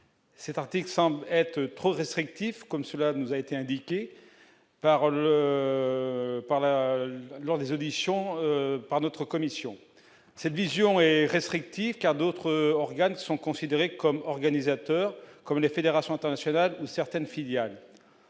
cet article semble être trop restrictif comme cela nous a été indiqué par par là lors des auditions par notre commission cette vision est restrictif, car d'autres organes sont considérés comme organisateurs comme la Fédération internationale certaines filiales